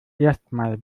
erstmal